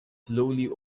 slowly